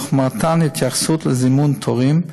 בהתייחסות לזימון תורים,